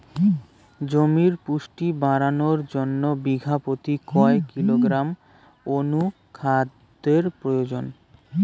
জমির পুষ্টি বাড়ানোর জন্য বিঘা প্রতি কয় কিলোগ্রাম অণু খাদ্যের প্রয়োজন?